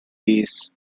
days